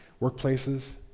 workplaces